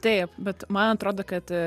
taip bet man atrodo kad